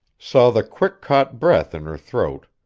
saw the quick-caught breath in her throat,